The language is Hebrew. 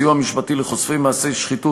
סיוע משפטי לחושפי מעשי שחיתות,